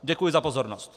Děkuji za pozornost.